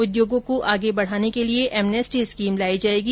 उद्योगों को आगे बढाने के लिये एमनेस्टी स्कीम लाई जायेगी